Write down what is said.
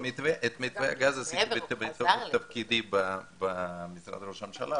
את מתווה הגז עשיתי בתוקף תפקידי במשרד ראש הממשלה,